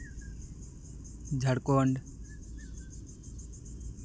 Jharkhand